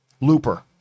Looper